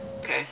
Okay